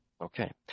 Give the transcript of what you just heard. Okay